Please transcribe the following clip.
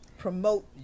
promote